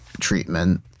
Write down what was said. treatment